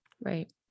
Right